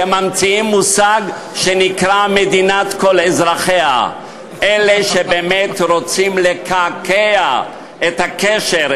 שממציאים מושג שנקרא "מדינת כל אזרחיה" אלה שבאמת רוצים לקעקע את הקשר,